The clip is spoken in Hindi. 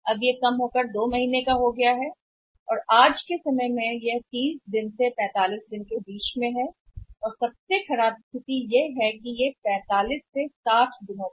इसमें कमी आई है यह घटकर 2 महीने और अब करंट आ गया है क्रेडिट अवधि 30 दिनों से 45 दिनों के बीच कहीं है और सबसे खराब स्थिति में यह 45 हो सकती है 60 दिन